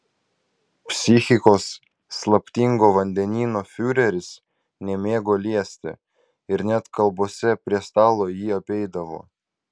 psichikos slaptingo vandenyno fiureris nemėgo liesti ir net kalbose prie stalo jį apeidavo